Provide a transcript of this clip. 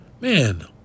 man